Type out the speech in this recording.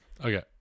Okay